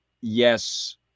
yes